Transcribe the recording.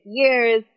years